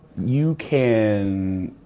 you can,